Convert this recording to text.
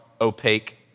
opaque